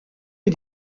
est